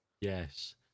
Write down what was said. Yes